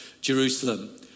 Jerusalem